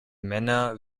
männer